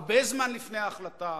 הרבה זמן לפני ההחלטה,